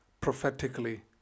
prophetically